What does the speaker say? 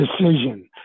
decision